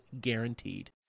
guaranteed